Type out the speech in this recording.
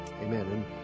Amen